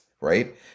right